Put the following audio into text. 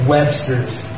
Webster's